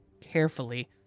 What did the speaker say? Carefully